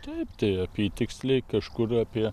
taip tai apytiksliai kažkur apie